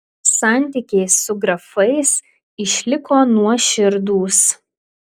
santykiai su grafais išliko nuoširdūs